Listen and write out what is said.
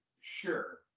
Sure